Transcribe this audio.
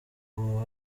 ubu